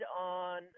on